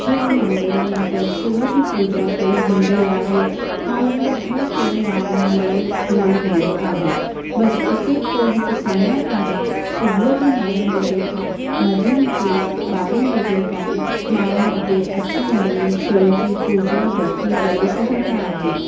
शिव मंदर में त शिव जी पूॼा कई हूंदी आहे ऐं उहा हर कंहिं माण्हू लाइ खुलो हूंदो आहे बसि उते को हिकु समय आहे सुबुह जो नवे वजे खां मंझंदि जे ॿारहे वजे ताईं माण्हू हुते अची वञी शिव जी पूॼा भक्ति करे सघंदा आहिनि